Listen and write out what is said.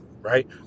right